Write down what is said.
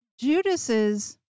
Judas's